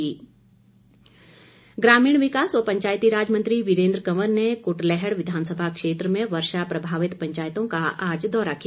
वीरेन्द्र कंवर ग्रामीण विकास व पंचायतीराज मंत्री वीरेन्द्र कंवर ने कुटलैहड़ विधानसभा क्षेत्र में वर्षा प्रभावित पंचायतों का आज दौरा किया